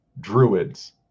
Druids